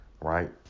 right